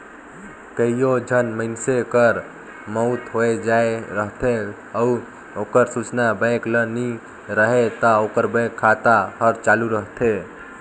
कइयो झन मइनसे कर मउत होए जाए रहथे अउ ओकर सूचना बेंक ल नी रहें ता ओकर बेंक खाता हर चालू रहथे